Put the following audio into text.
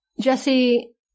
Jesse